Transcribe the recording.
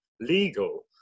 legal